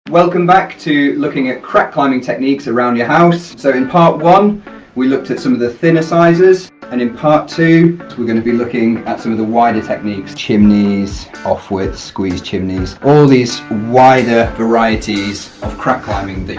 welcome back to looking at crack climbing techniques around your house so in part one we looked at some of the thinner sizes and in part two we're going to be looking at some of the wider techniques. chimneys, offwidth, squeeze chimneys, all these wider varieties of crack climbing that